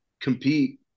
compete